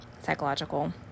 psychological